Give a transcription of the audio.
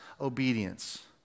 obedience